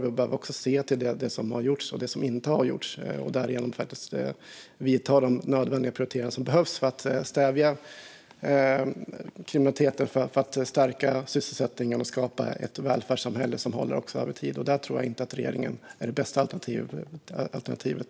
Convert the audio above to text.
Vi behöver också se vad som har gjorts och vad som inte har gjorts för att sedan vidta de nödvändiga åtgärder som behövs för att stävja kriminaliteten, stärka sysselsättningen och skapa ett välfärdssamhälle som håller också över tid. Jag tror inte att denna regering är det bästa alternativet för det.